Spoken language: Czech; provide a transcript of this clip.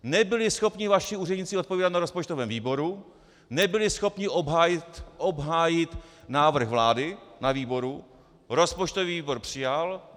Nebyli schopni vaši úředníci odpovídat na rozpočtovém výboru, nebyli schopni obhájit návrh vlády na výboru, rozpočtový výbor ho přijal.